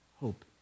hope